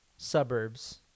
suburbs